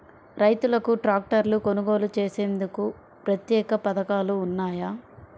రైతులకు ట్రాక్టర్లు కొనుగోలు చేసేందుకు ప్రత్యేక పథకాలు ఉన్నాయా?